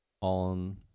on